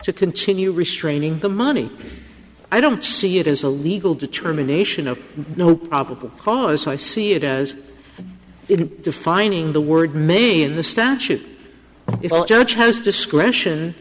to continue restraining the money i don't see it as a legal determination of no probable cause i see it as it defining the word may in the statute if judge has discretion